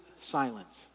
silence